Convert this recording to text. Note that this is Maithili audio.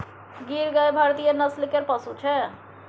गीर गाय भारतीय नस्ल केर पशु छै